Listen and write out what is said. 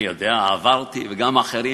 אני יודע, עברתי, וגם אחרים.